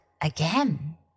again